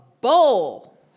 bowl